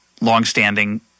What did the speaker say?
longstanding